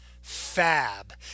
Fab